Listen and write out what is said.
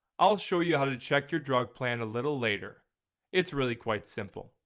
i'll show you how to check your drug plan a little later it's really quite simple.